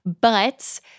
But-